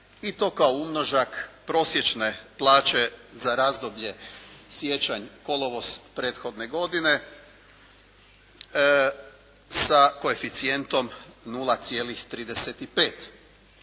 i to kao umnožak prosječne plaće za razdoblje siječanj/kolovoz prethodne godine sa koeficijentom 0,35.